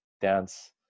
dance